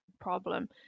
problem